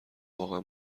واقعا